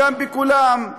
בכולם.